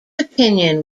opinion